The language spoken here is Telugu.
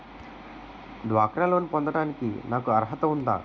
డ్వాక్రా లోన్ పొందటానికి నాకు అర్హత ఉందా?